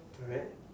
correct